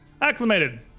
acclimated